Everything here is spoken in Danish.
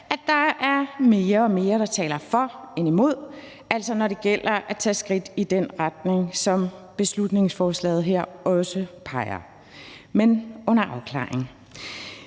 Der er mere og mere, der taler for end imod – altså når det gælder at tage skridt i den retning, som beslutningsforslaget her også peger. Men det er under afklaring.